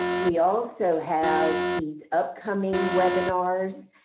we also have these upcoming webinars.